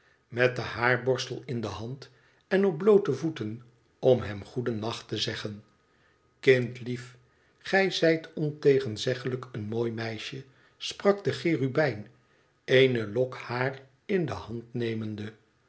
met den haarborstel in de hand en op bloote voeten om hem goedennacht te zeggen kindlief gij zijt ontegenzeglijk een mooi meisje sprak de cherubijn eene lok haar in de hand nemende